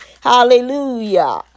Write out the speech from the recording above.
Hallelujah